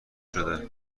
شده